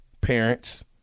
parents